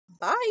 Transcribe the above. Bye